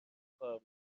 کار